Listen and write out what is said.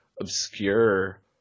obscure